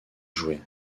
jouer